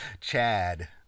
Chad